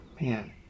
man